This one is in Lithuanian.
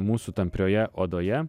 mūsų tamprioje odoje